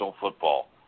football